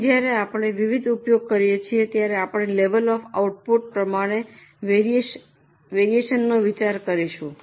અહીં જ્યારે આપણે વિવિધ ઉપયોગ કરીએ છીએ ત્યારે આપણે લેવલ ઓફ આઉટપુટ પ્રમાણે વેરિએશનનો વિચાર કરીશું